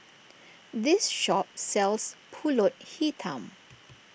this shop sells Pulut Hitam